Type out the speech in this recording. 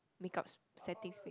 make ups setting space